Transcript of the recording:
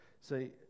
See